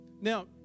Now